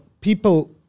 people